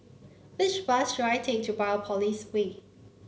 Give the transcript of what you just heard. which bus should I take to Biopolis Way